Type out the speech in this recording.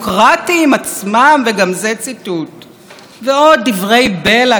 ועוד דברי בלע כהנה וכהנה: "שומט את הבסיס של ההליך